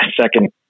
second